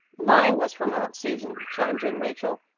mine was from aunt susan, chimed in rachel.